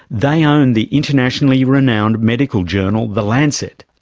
they own the internationally renowned medical journal, the lancet.